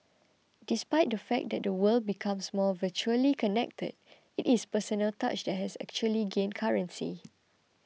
despite the fact that the world becomes more virtually connected it is the personal touch that has actually gained currency